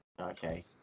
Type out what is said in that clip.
Okay